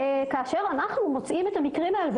כשאנו מוצאים את המקרים האלה,